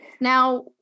Now